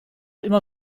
immer